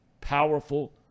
powerful